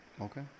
Okay